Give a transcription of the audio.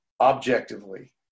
Objectively